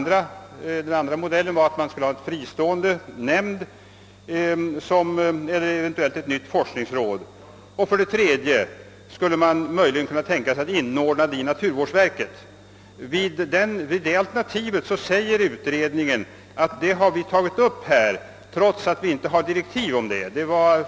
Den andra modellen var en fristående nämnd eller eventuellt ett nytt forskningsråd, och enligt det tredje alternativet skulle man möjligen kunna tänka sig en inordning i naturvårdsverket. Beträffande det senare alternativet framhåller utredningen, att den tagit upp det trots att det inte föreligger några direktiv härom.